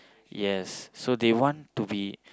yes so they want to be